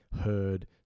heard